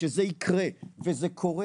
שזה ייקרה וזה קורה,